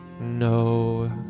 No